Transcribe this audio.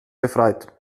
befreit